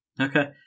Okay